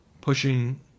pushing